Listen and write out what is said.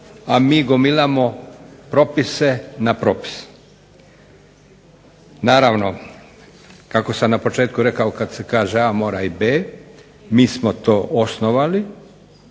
a mi gomilamo propise na propise. Naravno kada sam na početku rekao kada se kaže A. mora i B. mi smo to osnovali,